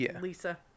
Lisa